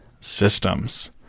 systems